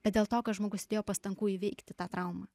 bet dėl to kad žmogus įdėjo pastangų įveikti tą traumą